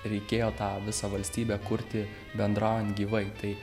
reikėjo tą visą valstybę kurti bendraujant gyvai tai